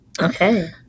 Okay